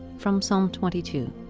from psalm twenty two